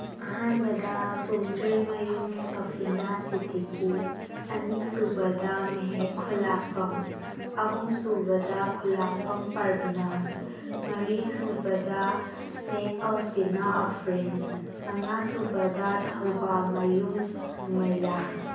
ꯑꯍꯥꯟꯕꯗ ꯐꯨꯟꯗ꯭ꯔꯩꯃꯌꯨꯝ ꯁꯣꯐꯤꯅꯥ ꯁꯤꯗꯤꯀꯤ ꯑꯅꯤꯁꯨꯕꯗ ꯃꯦꯍꯦꯛ ꯈꯨꯂꯥꯛꯐꯝ ꯑꯍꯨꯝꯁꯨꯕꯗ ꯈꯨꯂꯥꯛꯐꯝ ꯄꯔꯕꯤꯅꯥꯥꯁ ꯃꯔꯤꯁꯨꯕꯗ ꯆꯦꯛ ꯑꯜꯐꯤꯅꯥ ꯑꯐ꯭ꯔꯤꯟ ꯃꯉꯥꯁꯨꯕꯗ ꯊꯧꯕꯥꯜꯃꯌꯨꯝ ꯁꯨꯃꯩꯌꯥ